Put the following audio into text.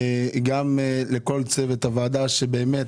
גם לכל צוות הוועדה שבאמת,